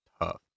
tough